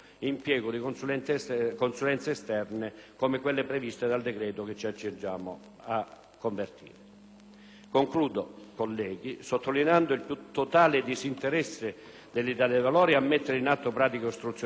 Concludo, colleghi, sottolineando il più totale disinteresse dell'Italia dei Valori a mettere in atto pratiche ostruzionistiche di alcun tipo e manifestando la più ampia disponibilità ad affrontare la tematica in questione nelle sedi proprie,